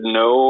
no